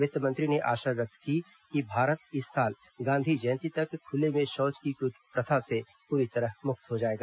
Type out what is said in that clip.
वित्तमंत्री ने आशा व्यक्त की कि भारत इस साल गांधी जयंती तक खुले में शौच की कुप्रथा से पूरी तरह मुक्त हो जायेगा